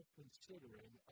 considering